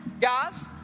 guys